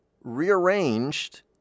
rearranged